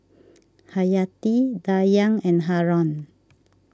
Haryati Dayang and Haron